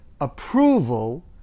approval